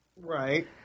Right